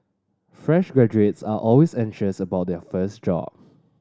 fresh graduates are always anxious about their first job